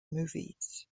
movies